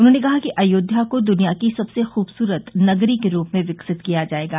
उन्होंने कहा कि अयोध्या को दुनिया की सबसे खूबसूरत नगरी के रूप में विकसित किया जायेगा